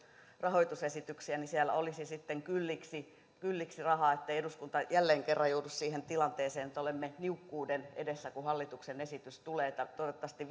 rahoitusesityksiä siellä olisi sitten kylliksi kylliksi rahaa ettei eduskunta jälleen kerran joudu siihen tilanteeseen että olemme niukkuuden edessä kun hallituksen esitys tulee eli toivottavasti